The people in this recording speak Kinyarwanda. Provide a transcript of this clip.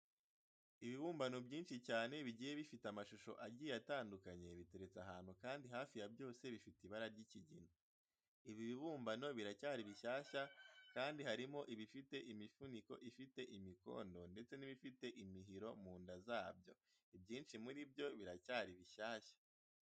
Ibibumbano byinshi cyane bigiye bifite amashusho agiye atandukanye, biteretse ahantu kandi hafi ya byose bifite ibara ry'ikigina. Ibi bibumbano biracyari bishyashya kandi harimo ibifite imifuniko ifite imikondo ndetse n'ibifite imihiro mu nda zabyo, ibyinshi muri byo biracyari bishyashya.